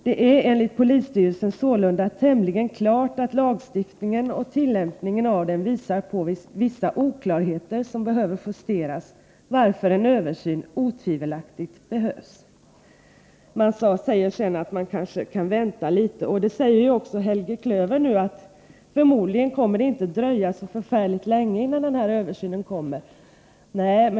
Det är enligt polisstyrelsen sålunda tämligen klart att lagstiftningen och tillämpningen av den visar på vissa oklarheter som behöver justeras, varför en översyn otvivelaktigt behövs. Polisstyrelsen säger sedan att man kanske kan vänta litet, och det säger också Helge Klöver. Men han säger att det förmodligen inte kommer att dröja så förfärligt länge innan en översyn sker.